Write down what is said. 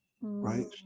right